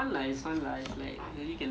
but yeah